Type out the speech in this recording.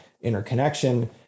interconnection